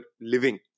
living